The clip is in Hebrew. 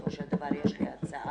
בסופו של דבר יש לי הצעה.